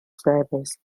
service